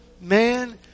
man